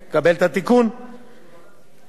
לכל הצוות המשפטי של הוועדה,